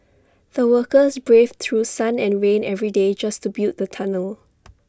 the workers braved through sun and rain every day just to build the tunnel